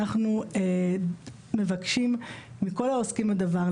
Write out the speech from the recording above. אנחנו מבקשים מכל העוסקים בדבר,